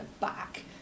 back